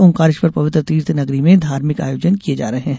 ओंकारेश्वर पवित्र तीर्थ नगरी में धार्मिक आयोजन किये जा रहे हैं